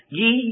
ye